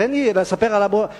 תן לי לספר קצת על הספרדים.